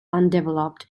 undeveloped